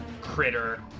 critter